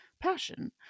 passion